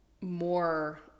more